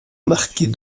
marqués